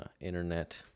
internet